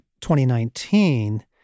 2019